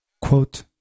Quote